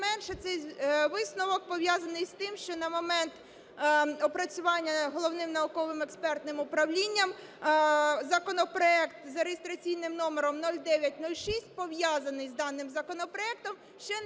не менше, цей висновок пов'язаний з тим, що на момент опрацювання Головним науково-експертним управлінням законопроект за реєстраційним номером 0906, пов'язаний з даним законопроектом, ще не був